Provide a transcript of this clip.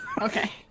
Okay